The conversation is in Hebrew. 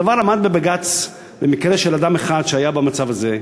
הדבר עמד בבג"ץ במקרה של אדם אחד שהיה במצב הזה.